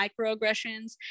microaggressions